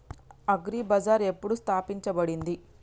Agri Bazaar ఎప్పుడు స్థాపించబడింది?